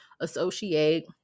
associate